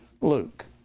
Luke